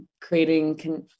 creating